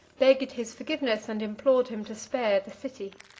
begged his forgiveness, and implored him to spare the city.